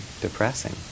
depressing